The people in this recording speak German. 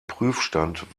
prüfstand